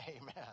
Amen